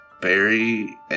Barry